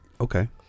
Okay